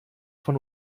von